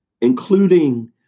including